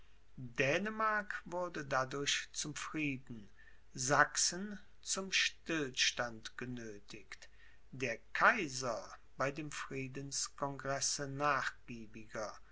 dänemark wurde dadurch zum frieden sachsen zum stillstand genöthigt der kaiser bei dem friedenscongresse nachgiebiger